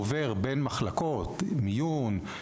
הוא עובר בין מחלקות: מיון,